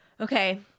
Okay